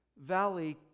valley